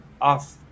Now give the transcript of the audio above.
off